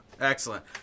Excellent